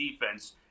defense